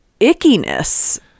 ickiness